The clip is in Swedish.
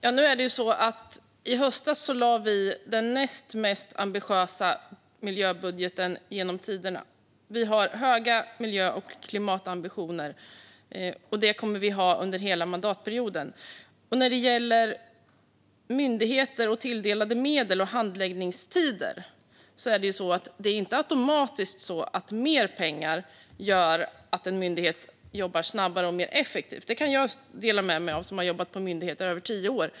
Fru talman! I höstas lade vi fram den näst mest ambitiösa miljöbudgeten genom tiderna. Vi har höga miljö och klimatambitioner, och det kommer vi att ha under hela mandatperioden. När det gäller myndigheter, tilldelade medel och handläggningstider är det inte automatiskt så att mer pengar gör att en myndighet jobbar snabbare och mer effektivt. Det kan jag dela med mig av, som har jobbat på myndigheter i över tio år.